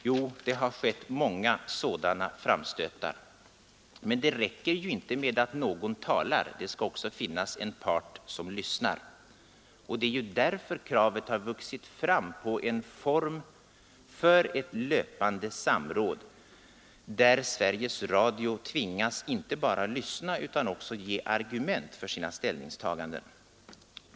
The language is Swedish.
Jo, det har skett många sådana framstötar. Men det räcker ju inte med att någon talar — det skall också finnas en part som lyssnar. Och det är därför kravet har vuxit fram på en form för ett löpande samråd där Sveriges Radio tvingas inte bara lyssna utan också ge argument för sina ställningstaganden.